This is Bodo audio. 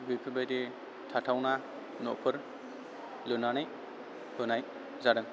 बेफोरबायदि थाथावना न'फोर लुनानै होनाय जादों